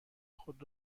خود